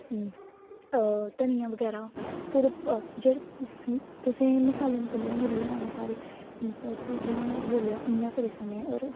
तनिया बगैरा जेह्ड़े तुसेंगी मसाले मुसले ते मिली आने घार ही जियां में तुसेंगी बोलेआ इ'यां करी सकने